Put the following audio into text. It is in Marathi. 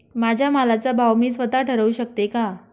माझ्या मालाचा भाव मी स्वत: ठरवू शकते का?